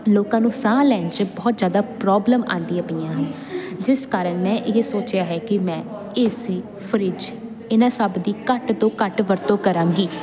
ਲੋਕਾਂ ਨੂੰ ਸਾਹ ਲੈਣ 'ਚ ਬਹੁਤ ਜ਼ਿਆਦਾ ਪ੍ਰੋਬਲਮ ਆਉਂਦੀਆਂ ਪਈਆਂ ਹਨ ਜਿਸ ਕਾਰਨ ਮੈਂ ਇਹ ਸੋਚਿਆ ਹੈ ਕਿ ਮੈਂ ਏ ਸੀ ਫਰਿੱਜ ਇਹਨਾਂ ਸਭ ਦੀ ਘੱਟ ਤੋਂ ਘੱਟ ਵਰਤੋਂ ਕਰਾਂਗੀ